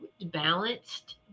balanced